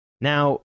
Now